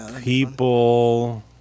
People